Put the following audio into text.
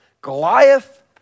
Goliath